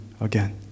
again